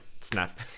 snap